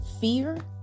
fear